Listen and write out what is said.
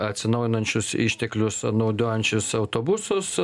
atsinaujinančius išteklius naudojančius autobusus